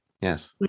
yes